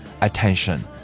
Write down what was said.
attention